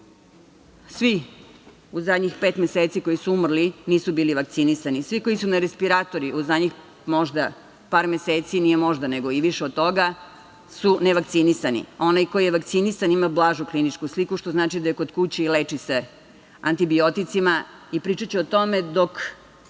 Svi u zadnjih pet meseci koji su umrli nisu bili vakcinisani, svi koji su na respiratorima u zadnjih možda par meseci, nije možda, nego i više od toga, su ne vakcinisani. Onaj ko je vakcinisan ima blažu kliničku sliku što znači da je kod kuće i leči se antibioticima i pričaću o tome dok